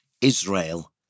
Israel